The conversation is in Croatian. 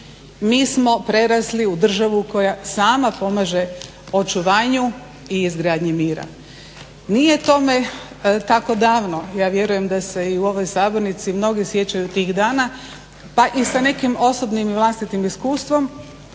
mi smo prerasli u državu koja sama pomaže očuvanju i izgradnji mira. Nije tome tako davno. Ja vjerujem da se i u ovoj sabornici mnogi sjećaju tih dana pa i sa nekim osobnim i vlastitim iskustvom